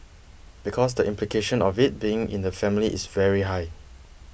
because the implication of it being in the family is very high